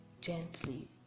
gently